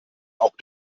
auch